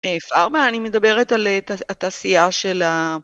F ארבע, אני מדברת על התעשייה של ה...